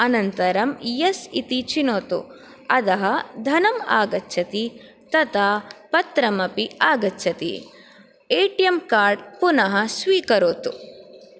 अनन्तरं यस् इति चिनोतु अधः धनम् आगच्छति तथा पत्रमपि आगच्छति ए टी एम् कार्ड् पुनः स्वीकरोतु